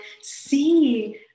see